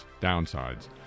downsides